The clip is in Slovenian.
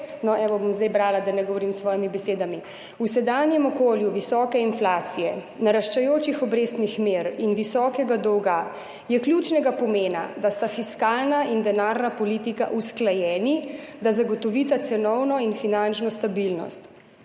No, evo, bom zdaj brala, da ne govorim s svojimi besedami: »V sedanjem okolju visoke inflacije, naraščajočih obrestnih mer in visokega dolga je ključnega pomena, da sta fiskalna in denarna politika usklajeni, da zagotovita cenovno in finančno stabilnost.